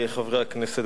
חברי חברי הכנסת,